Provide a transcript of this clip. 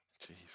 Jesus